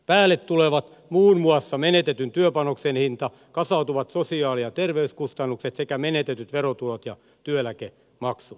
päälle tulevat muun muassa menetetyn työpanoksen hinta kasautuvat sosiaali ja terveyskustannukset sekä menetetyt verotulot ja työeläkemaksut